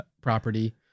property